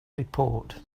report